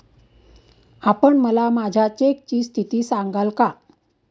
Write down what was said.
आपण मला माझ्या चेकची स्थिती सांगाल का?